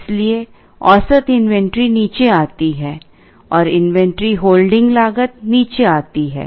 इसलिए औसत इन्वेंट्री नीचे आती है और इन्वेंट्री होल्डिंग लागत नीचे आती है